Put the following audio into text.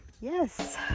yes